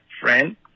friend